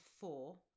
four